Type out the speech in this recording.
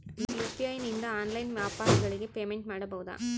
UPI ನಿಂದ online ವ್ಯಾಪಾರಗಳಿಗೆ payment ಮಾಡಬಹುದಾ?